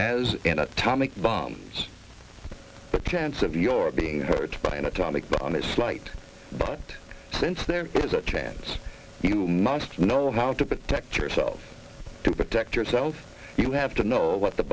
as in atomic bombs the chance of your being hurt by an atomic bomb is slight but since there is a chance you must know how to protect yourself to protect yourself you have to know what the